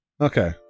Okay